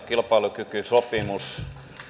kilpailukykysopimus